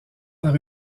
par